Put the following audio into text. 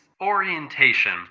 orientation